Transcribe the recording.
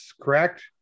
correct